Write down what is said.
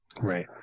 Right